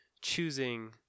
choosing